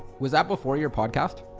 was that before your podcast?